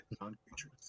non-creatures